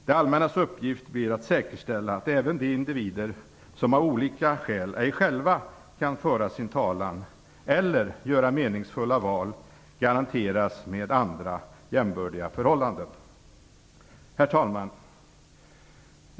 Det allmännas uppgift blir att säkerställa att även de individer som av olika skäl ej själva kan föra sin talan eller göra meningsfulla val garanteras med andra jämbördiga förhållanden. Herr talman!